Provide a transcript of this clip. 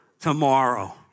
tomorrow